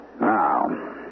Now